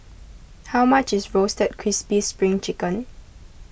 how much is Roasted Crispy Spring Chicken